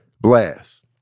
Blast